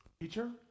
Teacher